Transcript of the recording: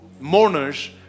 Mourners